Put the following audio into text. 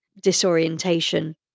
disorientation